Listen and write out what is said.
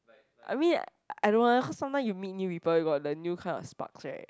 I mean I don't want cause sometime you meet new people you got the new kind of sparks right